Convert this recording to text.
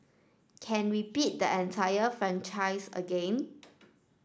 can repeat the entire franchise again